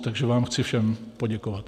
Takže vám chci všem poděkovat.